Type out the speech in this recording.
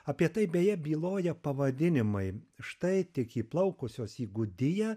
apie tai beje byloja pavadinimai štai tik įplaukusios į gudiją